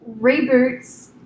Reboots